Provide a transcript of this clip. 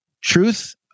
truth